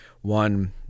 One